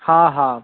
हा हा